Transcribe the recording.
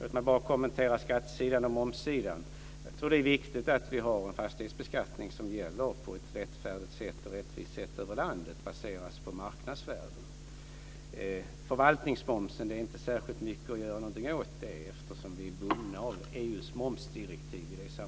Låt mig bara kommentera skattesidan och momssidan. Jag tror att det är viktigt att vi har en fastighetsbeskattning som gäller på ett rättfärdigt och rättvist sätt över landet och som baseras på marknadsvärdet. Förvaltningsmomsen är det inte särskilt mycket att göra någonting åt eftersom vi är bundna av